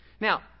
Now